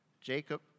Jacob